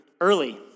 early